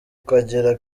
ukagira